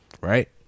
Right